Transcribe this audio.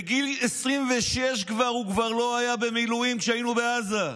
בגיל 26 הוא כבר לא היה במילואים, כשהיינו בעזה.